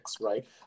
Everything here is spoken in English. right